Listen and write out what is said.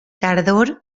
tardor